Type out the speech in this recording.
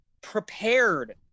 prepared